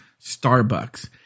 Starbucks